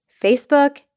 Facebook